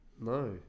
No